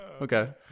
Okay